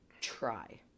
try